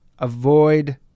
Avoid